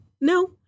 No